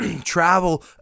travel